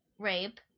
rape